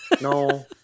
No